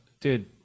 dude